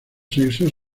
sexos